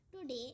Today